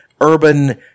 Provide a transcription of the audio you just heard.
urban